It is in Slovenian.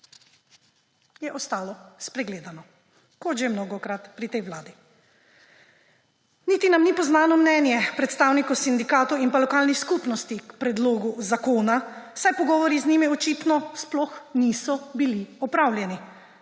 je ostalo spregledano, kot že mnogokrat pri tej vladi. Niti nam ni poznano mnenje predstavnikov sindikatov in lokalnih skupnosti k predlogu zakona, saj pogovori z njimi, očitno, sploh niso bili opravljeni,